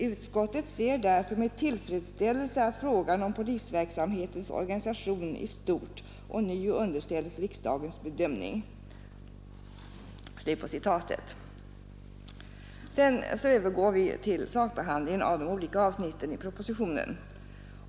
Utskottet ser därför med tillfredsställelse att frågan om polisverksamhetens organisation i stort ånyo underställes riksdagens bedömning.” Sedan övergår vi till sakbehandlingen av de olika avsnitten i propositionen.